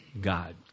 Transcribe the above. God